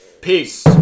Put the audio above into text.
peace